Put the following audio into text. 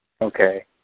Okay